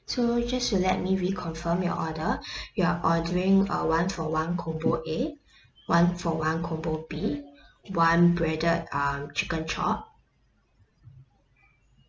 so just to let me reconfirm your order you are ordering uh one-for-one combo A one-for-one combo B one breaded um chicken chop